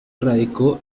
radicó